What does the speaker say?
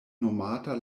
nomata